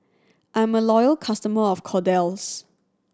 I'm a loyal customer of Kordel's